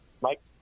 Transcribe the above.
Mike